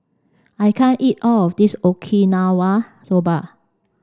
I can't eat all of this Okinawa Soba